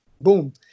boom